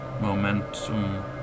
Momentum